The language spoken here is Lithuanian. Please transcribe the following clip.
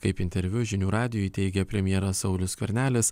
kaip interviu žinių radijui teigė premjeras saulius skvernelis